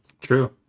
True